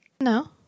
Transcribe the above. No